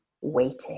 waiting